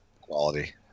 Quality